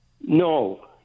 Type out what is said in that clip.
no